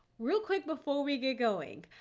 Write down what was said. real quick before we get going,